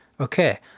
okay